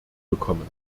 bekommen